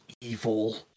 evil